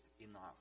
enough